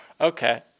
Okay